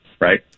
right